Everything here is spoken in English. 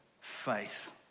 faith